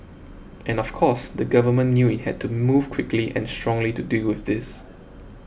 and of course the government knew it had to move quickly and strongly to deal with this